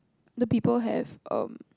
the people have um